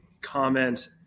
comment